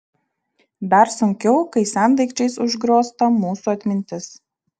dar sunkiau kai sendaikčiais užgriozta mūsų atmintis